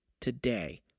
today